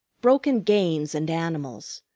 broken games and animals,